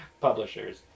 publishers